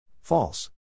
False